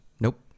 nope